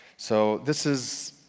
so this is